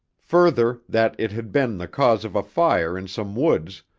further, that it had been the cause of a fire in some woods,